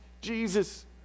Jesus